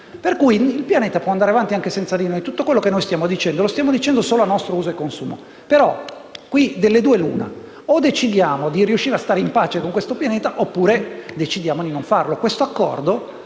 quindi, può andare avanti anche senza di noi. Tutto ciò che stiamo dicendo lo stiamo dicendo solo a nostro uso e consumo. Ma qui delle due l'una: o decidiamo di riuscire a stare in pace con questo pianeta o decidiamo di non farlo. Questo accordo